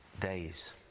days